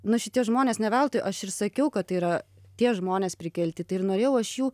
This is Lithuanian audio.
nu šitie žmonės ne veltui aš ir sakiau kad tai yra tie žmonės prikelti tai ir norėjau aš jų